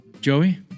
Joey